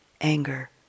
anger